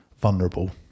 vulnerable